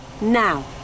Now